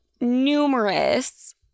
numerous